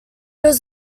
was